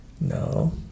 No